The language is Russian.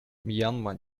мьянма